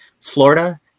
Florida